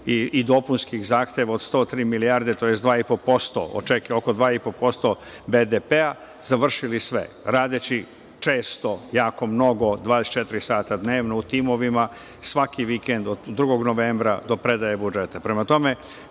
i dopunskih zahteva od 103 milijarde, tj. dva i po posto, oko 2,5% BDP, završili sve, radeći često, jako mnogo, 24 sata dnevno u timovima svaki vikend od 2. novembra do predaje budžeta. Prema